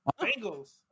Bengals